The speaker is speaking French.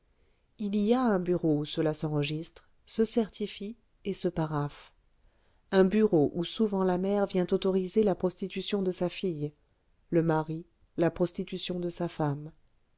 il y a un bureau où cela s'enregistre se certifie et se paraphe un bureau où souvent la mère vient autoriser la prostitution de sa fille le mari la prostitution de sa femme